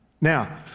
Now